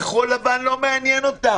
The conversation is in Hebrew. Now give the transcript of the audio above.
כחול לבן לא מעניין אותם.